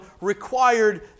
required